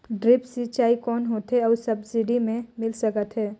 Drip सिंचाई कौन होथे अउ सब्सिडी मे कइसे मिल सकत हे?